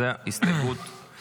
זו הסתייגות 1